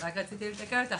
רק רציתי לתקן אותך,